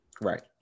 Right